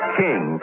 king